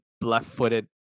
left-footed